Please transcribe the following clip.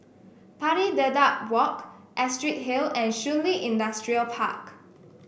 Pari Dedap Walk Astrid Hill and Shun Li Industrial Park